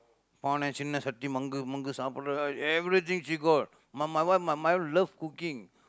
பானை சின்ன சட்டி மங்கு மங்கு சாப்பிடுறது:paanai sinna satdi mangku saappidurathu everything she got my my wife my my wife love cooking